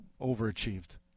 overachieved